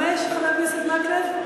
5, חבר הכנסת מקלב?